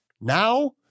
now